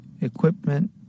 equipment